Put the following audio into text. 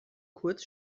kurz